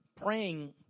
Praying